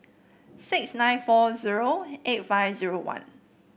six nine four zero eight five zero one